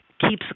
keeps